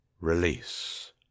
release